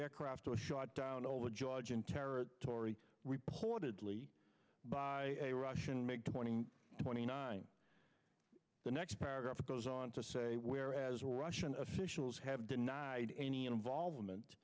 aircraft was shot down all the georgian territory reportedly by a russian made twenty twenty nine the next paragraph goes on to say where as russian officials have denied any involvement